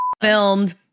filmed